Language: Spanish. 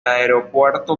aeropuerto